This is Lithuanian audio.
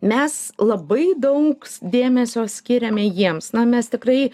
mes labai daug dėmesio skiriame jiems na mes tikrai